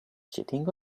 cheating